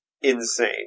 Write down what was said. insane